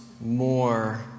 more